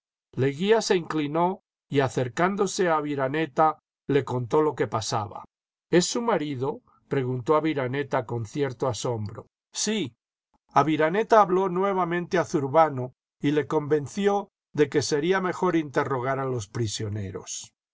leguía se inclinó y acercándose a aviraneta le contó lo que pasaba jes su marido preguntó aviraneta con cierto asombro sí aviraneta habló nuevamente a zurbano y le convenció de que sería mejor interrogar a los prisioneros